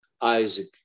Isaac